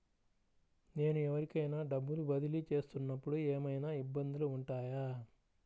నేను ఎవరికైనా డబ్బులు బదిలీ చేస్తునపుడు ఏమయినా ఇబ్బందులు వుంటాయా?